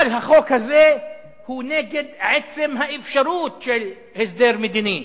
אבל החוק הזה הוא נגד עצם האפשרות של הסדר מדיני.